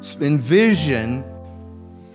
envision